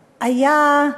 היה,